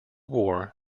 war